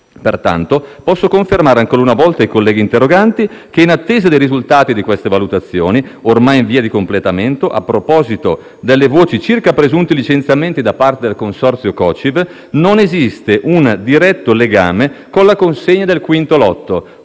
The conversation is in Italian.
Pertanto, posso confermare ancora una volta ai colleghi interroganti che, in attesa dei risultati delle valutazioni, ormai in via di completamento, a proposito delle voci circa presunti licenziamenti da parte del consorzio COCIV, non esiste un diretto legame con la consegna del quinto lotto,